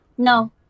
No